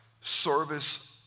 service